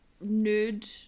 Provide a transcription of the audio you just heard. Nude